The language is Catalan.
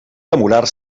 demorar